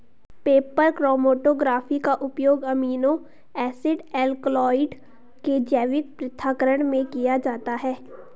paper chromatography का उपयोग amino acid alkaloid के जैविक पृथक्करण में किया जाता है